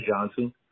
Johnson